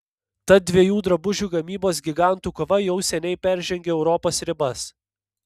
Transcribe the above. tad dviejų drabužių gamybos gigantų kova jau seniai peržengė europos ribas